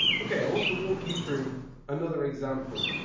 okay, i want to walk you through another example.